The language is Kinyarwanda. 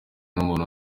n’umuntu